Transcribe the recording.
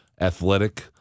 Athletic